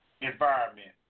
environment